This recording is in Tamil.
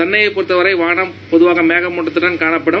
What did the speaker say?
சென்னையை பொறுத்தவரை வானம் பொதுவாக மேகமூட்டத்துடன் காணப்படும்